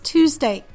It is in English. Tuesday